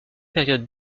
périodes